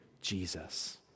Jesus